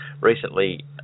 recently